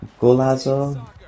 Golazo